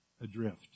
adrift